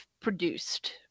produced